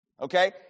Okay